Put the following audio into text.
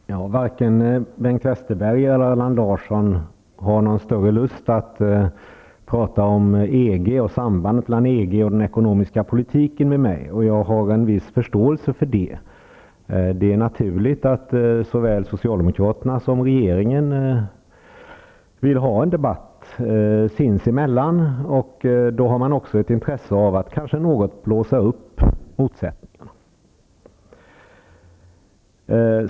Herr talman! Varken Bengt Westerberg eller Allan Larsson har någon större lust att prata med mig om EG och sambandet mellan EG och den ekonomiska politiken, och jag har en viss förståelse för det. Det är naturligt att såväl socialdemokraterna som regeringen vill ha en debatt sinsemellan, och då har man också ett intresse av att något blåsa upp motsättningarna.